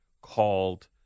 called